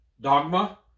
Dogma